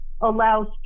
allows